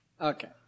Okay